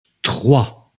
trois